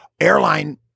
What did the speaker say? airline